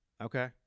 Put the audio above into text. Okay